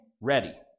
ready